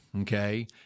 okay